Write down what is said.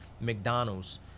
McDonald's